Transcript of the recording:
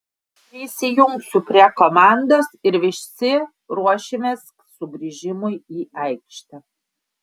prisijungsiu prie komandos ir visi ruošimės sugrįžimui į aikštę